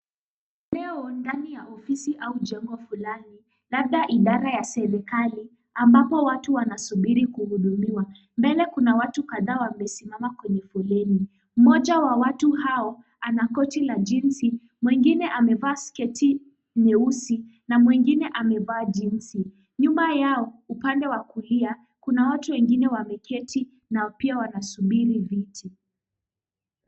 Eneo ndani ya ofisi au jengo fulani labda idara ya serikali ambapo watu wanasubiri kuhudumiwa. Mbele kuna watu ambao wamesimama kwenye foleni. Mmoja wa watu hao ana koti la jieansi , mwingine amevaa sketi nyeusi na mwingine amevaa jinsi . Nyuma yao, upande wa kulia kuna watu wameketi na pia wanasubiri viti.